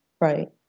right